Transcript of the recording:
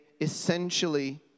essentially